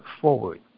forward